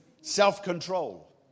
Self-control